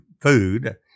food